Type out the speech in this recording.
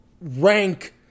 rank